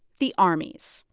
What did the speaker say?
the armies.